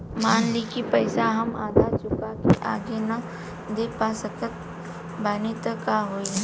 मान ली पईसा हम आधा चुका के आगे न दे पा सकत बानी त का होई?